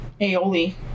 aioli